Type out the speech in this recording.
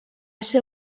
ser